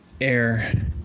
air